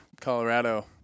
Colorado